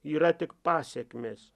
yra tik pasekmės